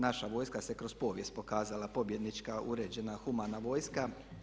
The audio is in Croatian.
Naša vojska se kroz povijest pokazala pobjednička, uređena, humana vojska.